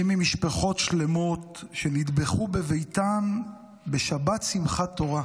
מי ממשפחות שלמות שנטבחו בביתן בשבת שמחת תורה.